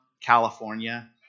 California